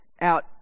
out